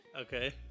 Okay